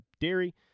dairy